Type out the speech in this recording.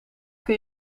kan